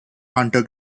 hunter